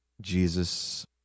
Jesus